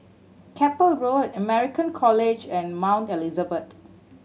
Keppel Road American College and Mount Elizabeth